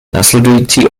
následující